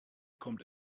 kommt